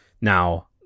Now